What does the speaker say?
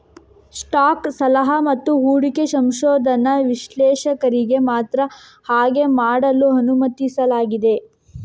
stock ಸಲಹಾ ಮತ್ತು ಹೂಡಿಕೆ ಸಂಶೋಧನಾ ವಿಶ್ಲೇಷಕರಿಗೆ ಮಾತ್ರ ಹಾಗೆ ಮಾಡಲು ಅನುಮತಿಸಲಾಗಿದೆ